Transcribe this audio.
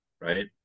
right